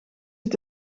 het